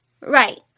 Right